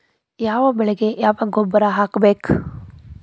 ಯಾವ ಬೆಳಿಗೆ ಯಾವ ಗೊಬ್ಬರ ಹಾಕ್ಬೇಕ್?